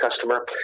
customer